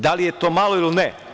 Da li je to malo ili ne?